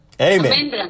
Amen